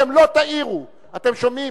אתם לא תעירו, אתם שומעים?